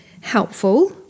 helpful